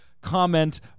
comment